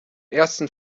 ersten